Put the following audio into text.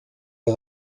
est